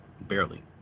Barely